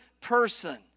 person